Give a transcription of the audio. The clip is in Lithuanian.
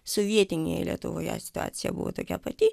sovietinėje lietuvoje situacija buvo tokia pati